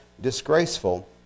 disgraceful